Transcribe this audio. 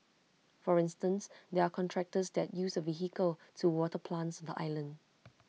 for instance there are contractors that use A vehicle to water plants on the island